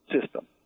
system